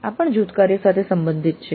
આ પણ જૂથકાર્ય સાથે સંબંધિત છે